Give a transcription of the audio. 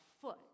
foot